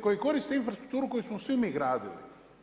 koji koriste infrastrukturu koju smo svi mi gradili.